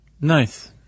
nice